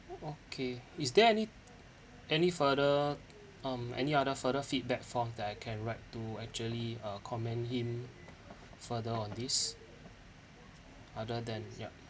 okay is there any any further um any other further feedback form that I can write to actually uh commend him further on this other than ya